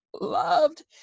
loved